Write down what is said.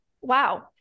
wow